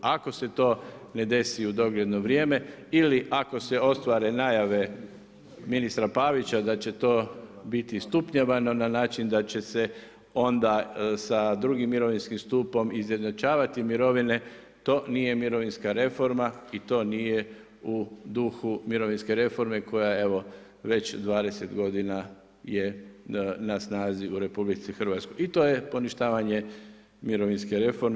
Ako se to ne desi u dogledno vrijeme ili ako se ostvare najave ministra Pavića da će to biti stupnjevano na način da će se onda sa drugim mirovinskim stupom izjednačavati mirovine, to nije mirovinska reforma i to nije u duhu mirovinske reforme koja je evo već 20 godina je na snazi u RH i to je poništavanje mirovinske reforme.